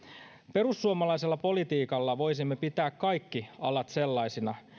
perussuomalaisella politiikalla voisimme pitää kaikki alat sellaisina